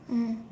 mm